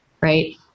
right